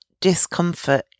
discomfort